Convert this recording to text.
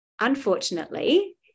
unfortunately